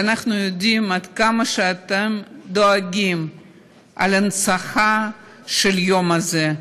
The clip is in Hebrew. ואנחנו יודעים עד כמה אתם דואגים להנצחה של היום הזה,